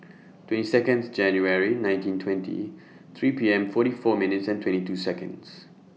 twenty Seconds January nineteen twenty three P M forty four minutes twenty two Seconds